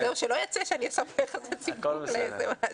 שלא ייצא שאני עושה פה יחסי ציבור לאיזה משהו.